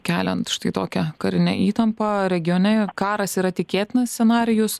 keliant štai tokią karinę įtampą regione karas yra tikėtinas scenarijus